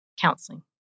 counseling